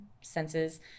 senses